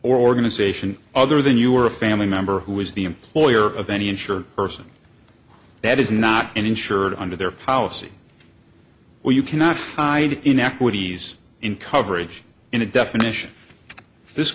organization other than you are a family member who is the employer of any insured person that is not insured under their policy where you cannot hide inequities in coverage in a definition this